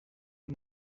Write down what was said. des